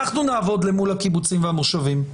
אנחנו נעבוד מול הקיבוצים והמושבים.